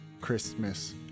Christmas